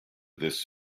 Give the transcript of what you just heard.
this